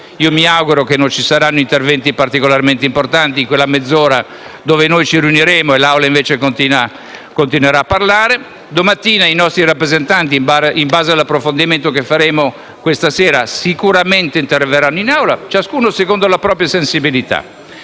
e mi auguro che non vi saranno interventi particolarmente importanti in quella mezz'ora in cui noi ci riuniremo e l'Aula, invece, continuerà a parlare. Domattina i nostri rappresentanti, in base all'approfondimento che faremo questa sera, sicuramente interverranno in Aula, ciascuno secondo la propria sensibilità.